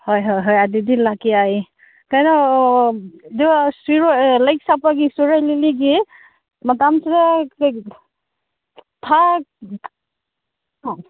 ꯍꯣꯏ ꯍꯣꯏ ꯍꯣꯏ ꯑꯗꯨꯗꯤ ꯂꯥꯛꯀꯦ ꯌꯥꯏꯌꯦ ꯀꯩꯅꯣ ꯗꯣ ꯁꯤꯔꯣꯏ ꯂꯩ ꯁꯥꯠꯄꯒꯤ ꯁꯤꯔꯣꯏ ꯂꯤꯂꯤꯒꯤ ꯃꯇꯝ ꯈꯔ ꯊꯥ